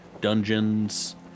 dungeons